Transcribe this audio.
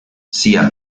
sia